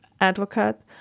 advocate